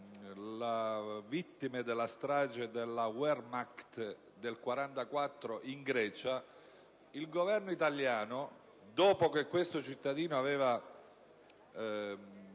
le vittime della strage della Wehrmacht del 1944 in Grecia), il Governo italiano, dopo che questo cittadino aveva